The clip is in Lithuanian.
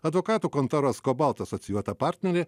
advokatų kontoros kobalt asocijuota partnerė